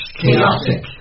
chaotic